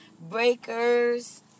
Breakers